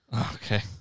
Okay